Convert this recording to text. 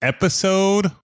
Episode